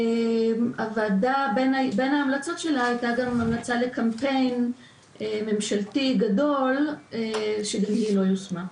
בין המלצות הוועדה הייתה המלצה לקמפיין ממשלתי גדול שגם היא לא יושמה.